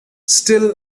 still